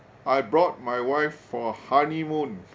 I brought my wife for honeymoon